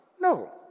No